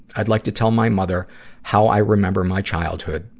i'd like to tell my mother how i remember my childhood.